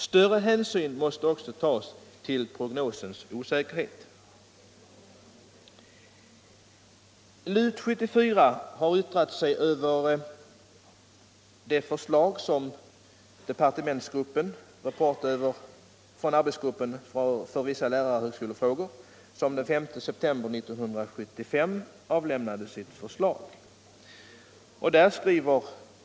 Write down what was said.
Större hänsyn måste också tas till prognosens osäkerhet.” LUT 74 har yttrat sig över den departementala arbetsgruppens den 5 september 1975 överlämnade förslag Rapport från arbetsgruppen för vissa lärarhögskolefrågor.